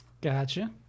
Gotcha